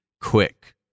quick